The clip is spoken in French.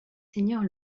seigneurs